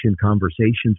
conversations